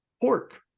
pork